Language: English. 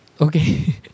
okay